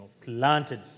planted